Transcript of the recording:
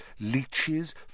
leeches